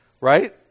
right